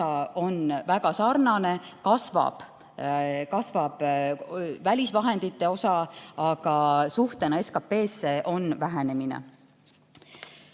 on väga sarnane ja kasvab välisvahendite osa, aga suhe SKP-sse väheneb.